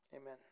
Amen